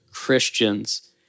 Christians